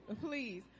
please